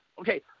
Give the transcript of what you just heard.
okay